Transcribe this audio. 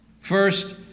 First